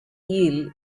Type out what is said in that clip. eel